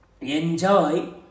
Enjoy